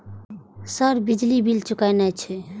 Sir बिजली bill चूकेना छे?